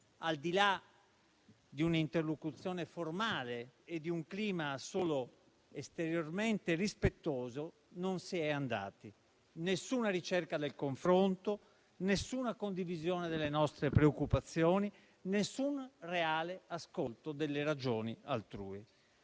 Al di là di un'interlocuzione formale e di un clima solo esteriormente rispettoso non si è andati: nessuna ricerca del confronto, nessuna condivisione delle nostre preoccupazioni, nessun reale ascolto delle ragioni altrui.